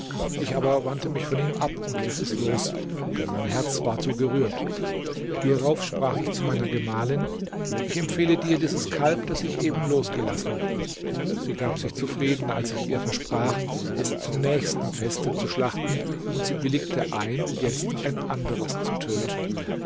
ich aber wandte mich von ihm ab und ließ es los denn mein herz war zu gerührt hierauf sprach ich zu meiner gemahlin ich empfehle dir dieses kalb das ich eben losgelassen sie gab sich zufrieden als ich ihr versprach es zum nächsten feste zu schlachten und sie willigte ein jetzt ein anderes zu töten